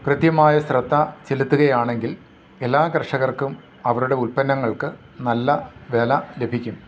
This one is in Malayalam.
കൃത്യമായ ശ്രദ്ധ ചെലത്തുകയാണെങ്കിൽ എല്ലാ കർഷകർക്കും അവരുടെ ഉത്പന്നങ്ങൾക്ക് നല്ല വില ലഭിക്കും